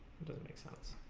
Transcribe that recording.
doesnt make sense,